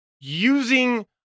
using